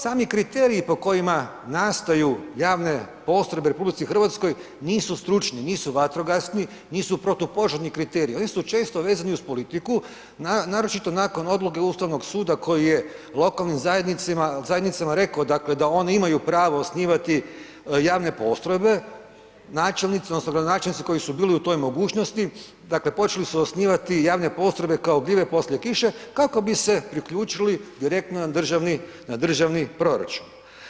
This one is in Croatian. Sami kriteriji po kojima nastaju javne postrojbe u RH nisu stručni, nisu vatrogasni, nisu protupožarni kriteriji, oni su često vezani uz politiku naročito nakon odluke Ustavnog suda koji je lokalnim zajednicama rekao dakle da one imaju pravo osnivati javne postrojbe, načelnici, odnosno gradonačelnici koji su bili u toj mogućnosti, dakle počeli su osnivati javne postrojbe kao gljive poslije kiše kako bi se priključili direktno na državni, na državni proračun.